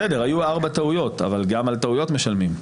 בסדר, היו ארבע טעויות, אבל גם על טעויות משלמים.